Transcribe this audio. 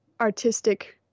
artistic